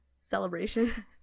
celebration